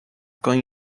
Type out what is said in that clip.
kan